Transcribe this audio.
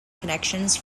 connections